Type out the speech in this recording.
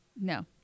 No